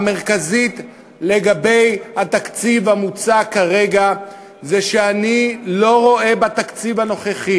המרכזית לגבי התקציב המוצע כרגע היא שאני לא רואה בתקציב הנוכחי